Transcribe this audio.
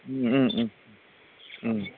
ओम ओम ओम